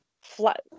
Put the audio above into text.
flat